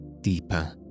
deeper